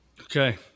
Okay